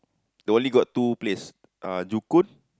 they only got two place uh Joo-Koon